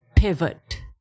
pivot